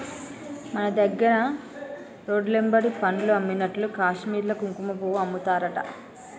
మన దగ్గర రోడ్లెమ్బడి పండ్లు అమ్మినట్లు కాశ్మీర్ల కుంకుమపువ్వు అమ్ముతారట